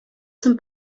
zum